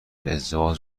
ازدواج